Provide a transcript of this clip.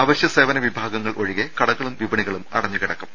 അവശ്യ സേവന വിഭാഗങ്ങൾ ഒഴികെ കടകളും വിപണികളും അടഞ്ഞു കിടക്കും